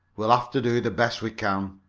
we'll have to do the best we can.